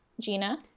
Gina